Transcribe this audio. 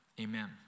Amen